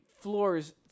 Floors